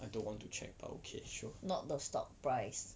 I don't want to check but okay sure